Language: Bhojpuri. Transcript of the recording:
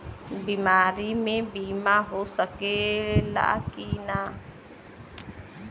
बीमारी मे बीमा हो सकेला कि ना?